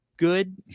good